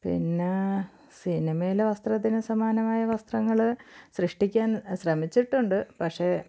പിന്ന സിനിമയിലെ വസ്ത്രത്തിന് സമാനമായ വസ്ത്രങ്ങള് സൃഷ്ടിക്കാൻ ശ്രമിച്ചിട്ടുണ്ട് പക്ഷേ